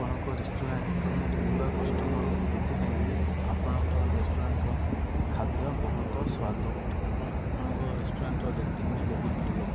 ଆପଣଙ୍କ ରେଷ୍ଟୁରାଣ୍ଟର ମୁଁ ରେଗୁଲାର୍ କଷ୍ଟମର୍ ଏଥିପାଇଁକି ଆପଣଙ୍କ ରେଷ୍ଟୁରାଣ୍ଟର ଖାଦ୍ୟ ବହୁତ ସ୍ୱାଦ ଏବଂ ଆପଣଙ୍କ ରେଷ୍ଟୁରାଣ୍ଟର ରେଟିଙ୍ଗ ବି ବହୁତ ଭଲ